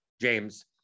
James